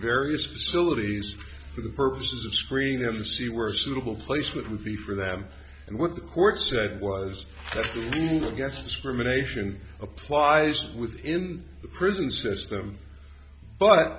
various facilities for the purposes of screening of see were suitable place what would be for them and what the court said was yes discrimination applies within the prison system but